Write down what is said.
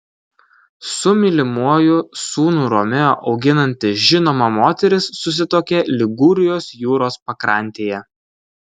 su mylimuoju sūnų romeo auginanti žinoma moteris susituokė ligūrijos jūros pakrantėje